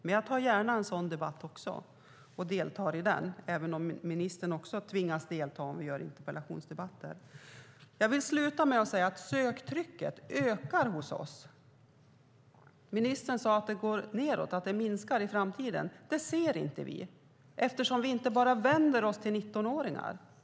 Men jag tar gärna en sådan debatt också och deltar i den, även om ministern också tvingas delta om det blir en interpellationsdebatt. Jag vill avsluta med att säga att söktrycket ökar hos oss. Ministern sade att det går nedåt och minskar i framtiden. Det ser inte vi eftersom vi inte bara vänder oss till 19-åringar.